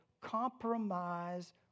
compromise